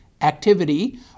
activity